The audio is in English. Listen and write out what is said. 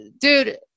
dude